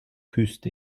küsst